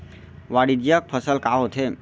वाणिज्यिक फसल का होथे?